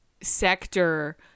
sector